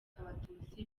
abatutsi